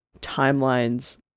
timelines